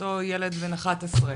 אותו ילד בן 11,